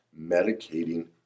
medicating